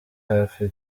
hafi